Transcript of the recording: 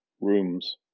rooms